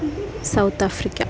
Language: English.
South Africa